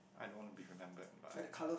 I don't wanna be remembered by